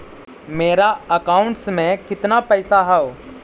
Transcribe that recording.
मेरा अकाउंटस में कितना पैसा हउ?